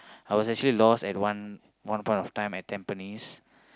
I was actually lost at one point of time at Tampines